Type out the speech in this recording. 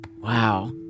Wow